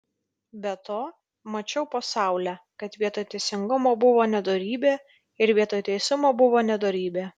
be to mačiau po saule kad vietoj teisingumo buvo nedorybė ir vietoj teisumo buvo nedorybė